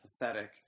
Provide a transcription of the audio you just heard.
pathetic